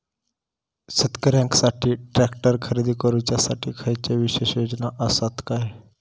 शेतकऱ्यांकसाठी ट्रॅक्टर खरेदी करुच्या साठी खयच्या विशेष योजना असात काय?